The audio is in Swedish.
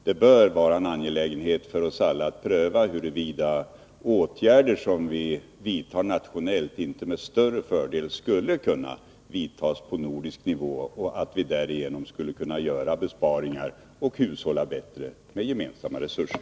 Det bör vara en angelägenhet för oss alla att pröva huruvida åtgärder som vi vidtar nationellt skulle kunna vidtas med större fördel på nordisk nivå, så att vi skulle kunna göra besparingar och hushålla bättre med gemensamma resurser.